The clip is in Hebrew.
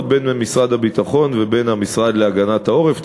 בין משרד הביטחון ובין המשרד להגנת העורף.